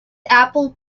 apple